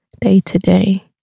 day-to-day